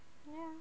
ya